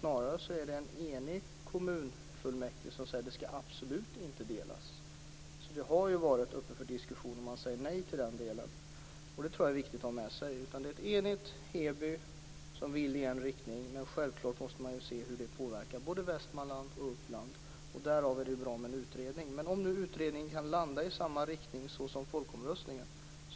Snarare är kommunfullmäktige eniga om att kommunen absolut inte skall delas. Detta har alltså varit uppe till diskussion, och man säger nej till den delen. Det tror jag är viktigt att ha med sig. Det är ett enigt Heby som vill i en riktning, men självklart måste man ju se hur det påverkar både Västmanland och Uppland, och därav är det bra med en utredning. Men om nu utredningen kan landa i samma riktning som folkomröstningen